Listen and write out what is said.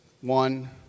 one